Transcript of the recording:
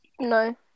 No